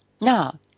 Now